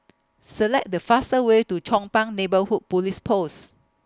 Select The faster Way to Chong Pang Neighbourhood Police Post